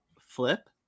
flip